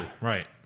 Right